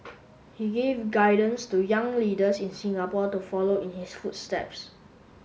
he give guidance to young leaders in Singapore to follow in his footsteps